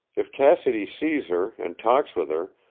if cassidy sees her, and talks with her,